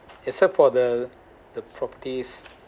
except for the the properties